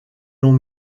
long